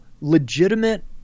legitimate